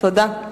תודה.